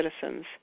citizens